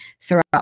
throughout